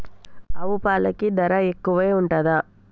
ఆవు పాలకి ధర ఎక్కువే ఉంటదా?